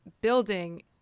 building